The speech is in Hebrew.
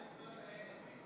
ועדת הכספים.